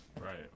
Right